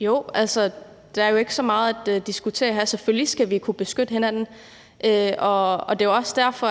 Jo, der er ikke så meget at diskutere her. Selvfølgelig skal vi kunne beskytte hinanden, og det er jo også derfor,